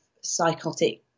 psychotic